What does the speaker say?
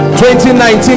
2019